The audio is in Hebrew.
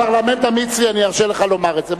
בפרלמנט המצרי אני ארשה לך לומר את זה.